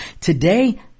Today